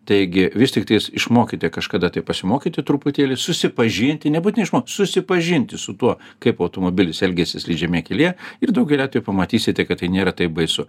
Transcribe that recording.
taigi vis tiktais išmokite kažkada tai pasimokyti truputėlį susipažinti nebūtinai išmokti susipažinti su tuo kaip automobilis elgiasi slidžiame kelyje ir daugeliu atvejų pamatysite kad tai nėra taip baisu